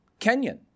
Kenyan